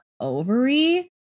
ovary